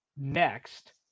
Next